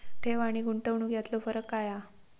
ठेव आनी गुंतवणूक यातलो फरक काय हा?